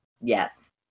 yes